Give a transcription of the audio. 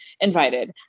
invited